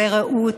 לרעות,